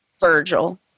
Virgil